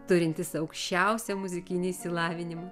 turintis aukščiausią muzikinį išsilavinimą